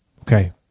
okay